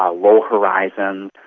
ah low horizon,